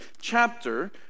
chapter